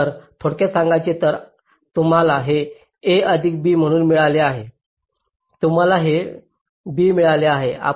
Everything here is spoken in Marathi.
तर थोडक्यात सांगायचे तर तुम्हाला हे a अधिक b म्हणून मिळाले आहे तुम्हाला हे b मिळाले आहे